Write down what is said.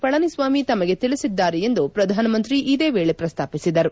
ಪಳನಿಸ್ವಾಮಿ ತಮಗೆ ತಿಳಿಸಿದ್ದಾರೆ ಎಂದು ಪ್ರಧಾನಮಂತ್ರಿ ಇದೇ ವೇಳೆ ಪ್ರಸ್ತಾಪಿಸಿದರು